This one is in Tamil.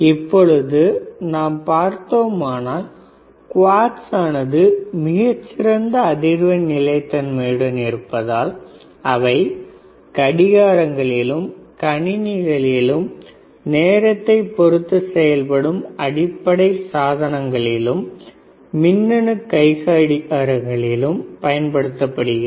இப்பொழுது நாம் பார்த்தோமானால் குவாட்ஸ் ஆனது மிகச்சிறந்த அதிர்வெண் நிலை தன்மையுடன் இருப்பதால் அவை கடிகாரங்களிலும் கணினிகளிலும் நேரத்தைப் பொறுத்து செயல்படும் அடிப்படை சாதனங்களிலும் மின்னணு கைக்கடிகாரங்களிலும் பயன்படுத்தப்படுகிறது